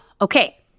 Okay